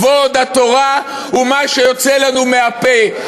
כבוד התורה הוא מה שיוצא לנו מהפה.